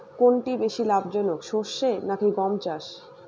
কোনটি বেশি লাভজনক সরষে নাকি গম চাষ?